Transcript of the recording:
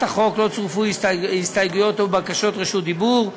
החוק לא צורפו הסתייגויות או בקשות רשות דיבור,